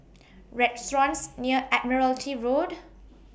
restaurants near Admiralty Road